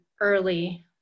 early